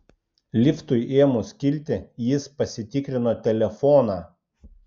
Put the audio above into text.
liftui ėmus kilti jis pasitikrino telefoną